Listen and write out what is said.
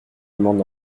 demande